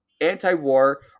anti-war